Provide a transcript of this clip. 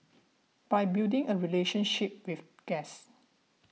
by building a relationship with guests